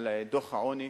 על דוח העוני.